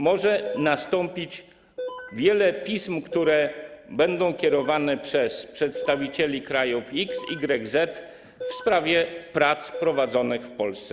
Może nastąpić wiele pism, które będą kierowane przez przedstawicieli krajów x, y, z w sprawie prac prowadzonych w Polsce.